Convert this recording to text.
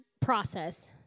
process